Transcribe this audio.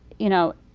you know,